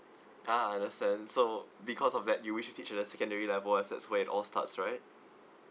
ah understand so because of that you wish to teach at a secondary level as at when all starts right